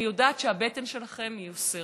אני יודעת שהבטן שלכם מיוסרת,